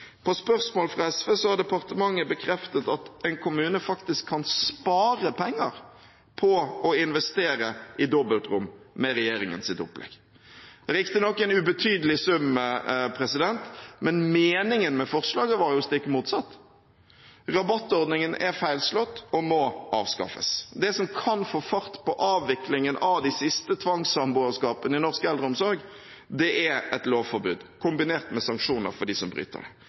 På spørsmål fra SV har departementet bekreftet at en kommune faktisk kan spare penger på å investere i dobbeltrom med regjeringens opplegg – riktignok en ubetydelig sum, men meningen med forslaget var jo stikk motsatt. Rabattordningen er feilslått og må avskaffes. Det som kan få fart på avviklingen av de siste tvangssamboerskapene i norsk eldreomsorg, er et lovforbud, kombinert med sanksjoner for dem som bryter det.